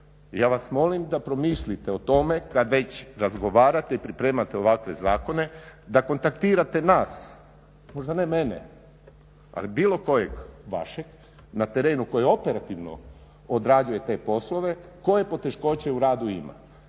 Ja vas molim da promislite o tome kada već razgovarate i pripremate ovakve zakone da kontaktirate nas, možda ne mene ali bilo kojeg vašeg na terenu koji operativno odrađuje te poslove koje poteškoće u radu ima.